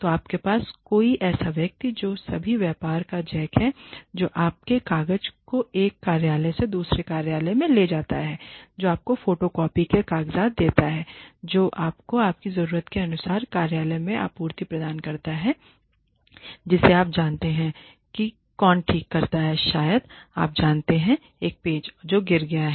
तो आपके पास कोई ऐसा व्यक्ति है जो सभी व्यापार का जैक है जो आपके कागजात को एक कार्यालय से दूसरे कार्यालय में ले जाता है जो आपको फोटोकॉपी के कागजात देता है जो आपको आपकी ज़रूरत के अनुसार कार्यालय की आपूर्ति प्रदान करता है जिसे आप जानते हैं कि कि कौन ठीक करता है शायद आप जानते एक पेंच हैं जो गिर गया है